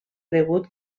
cregut